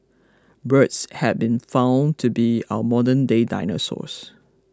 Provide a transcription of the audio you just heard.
birds have been found to be our modernday dinosaurs